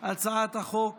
הצעת החוק